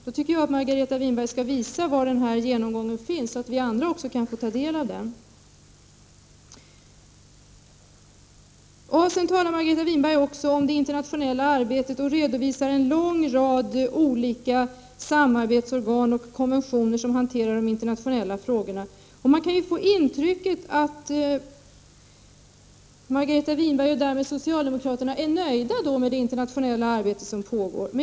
Jag tycker att Margareta Winberg skall visa var genomgången finns, så att vi andra kan få ta del av den. Margareta Winberg talade också om det internationella arbetet och redovisade en lång rad olika samarbetsorgan och konventioner som hanterar de internationella frågorna. Man kan ju få intrycket att Margareta Winberg och de andra socialdemokraterna är nöjda med det internationella arbete som pågår.